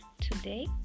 today